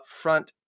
upfront